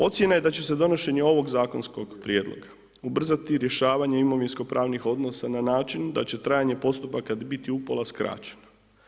Ocjena je da će se donošenje ovog zakonskog prijedloga ubrzati rješavanje imovinsko pravnih odnosa na način da će trajanje postupaka biti upola skraćeno.